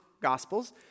Gospels